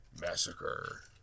Massacre